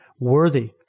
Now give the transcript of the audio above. worthy